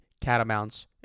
Catamounts